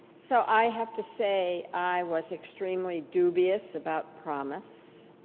so i have to say, i was extremely dubious about promis.